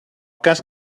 cas